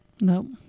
No